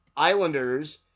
Islanders